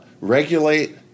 regulate